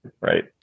right